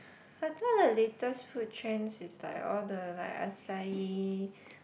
I thought the latest food trends is like all the like Asahi